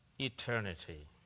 eternity